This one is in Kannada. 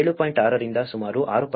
6 ರಿಂದ ಸುಮಾರು 6